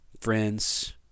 friends